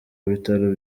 bitaro